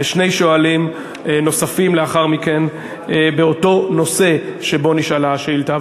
ושני שואלים נוספים לאחר מכן באותו נושא שבו נשאלה השאילתה,